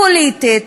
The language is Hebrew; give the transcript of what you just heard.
פוליטית,